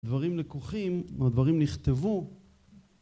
דברים לקוחים, הדברים נכתבו